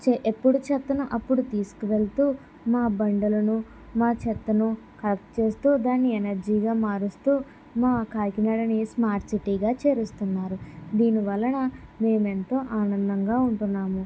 చె ఎప్పుడు చెత్తను అప్పుడు తీసుకు వెళ్తూ మా బండలను మా చెత్తను కలెక్ట్ చేస్తూ దాన్ని ఎనర్జీగా మారుస్తూ మా కాకినాడను స్మార్ట్ సిటీగా చేరుస్తున్నారు దీని వలన మేము ఎంతో ఆనందంగా ఉంటున్నాము